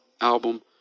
album